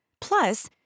Plus